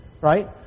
right